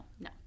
no